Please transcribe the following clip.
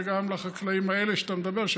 וגם לחקלאים האלה שאתה מדבר עליהם,